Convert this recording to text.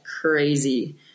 crazy